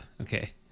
Okay